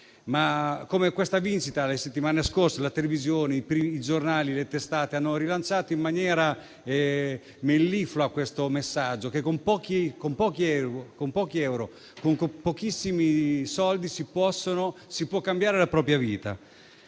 Su questa vincita delle settimane scorse, la televisione, i giornali le testate, hanno rilanciato in maniera melliflua questo messaggio: che con pochi euro, con pochissimi soldi, si può cambiare la propria vita.